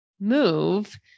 move